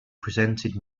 presented